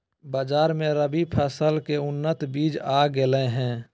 बाजार मे रबी फसल के उन्नत बीज आ गेलय हें